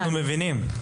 אנחנו מבינים.